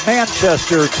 Manchester